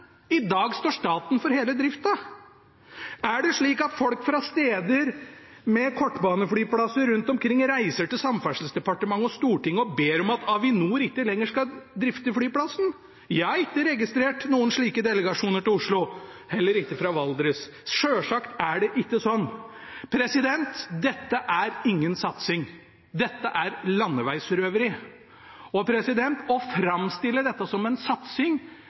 I dag står staten for hele drifta. Er det slik at folk fra steder med kortbaneflyplasser rundt omkring reiser til Samferdselsdepartementet og Stortinget og ber om at Avinor ikke lenger skal drifte flyplassen? Jeg har ikke registrert noen slike delegasjoner til Oslo – heller ikke fra Valdres. Selvsagt er det ikke slik. Dette er ingen satsing, dette er landeveisrøveri. Å framstille dette som en satsing